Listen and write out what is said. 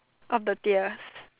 on the deer